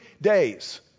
days